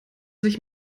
sich